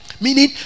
meaning